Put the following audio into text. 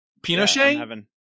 Pinochet